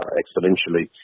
exponentially